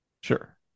Sure